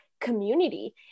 community